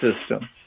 system